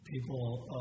people